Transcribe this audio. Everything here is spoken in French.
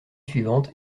suivante